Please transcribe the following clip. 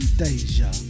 deja